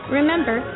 Remember